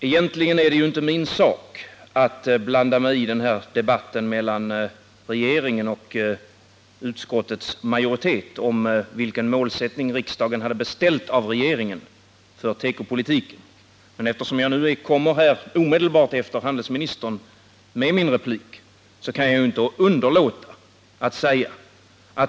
Egentligen är det inte min sak att blanda mig i denna debatt mellan regeringen och utskottets majoritet om vilken målsättning riksdagen beställt av regeringen för tekopolitiken, men eftersom jag nu kommer upp med min replik omedelbart efter handelsministern, kan jag inte underlåta att säga följande.